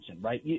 right